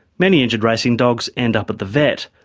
many injured racing dogs end up at the vet.